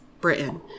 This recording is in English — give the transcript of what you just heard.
Britain